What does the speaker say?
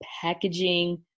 packaging